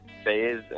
Phase